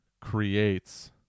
creates